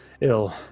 ill